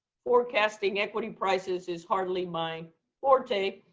forecasting equity prices is hardly my forte,